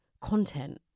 content